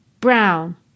brown